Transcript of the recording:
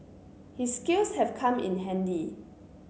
his skills have come in handy